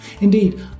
Indeed